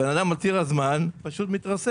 הבן אדם על ציר הזמן פשוט מתרסק.